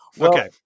Okay